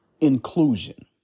inclusion